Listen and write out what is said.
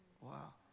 Wow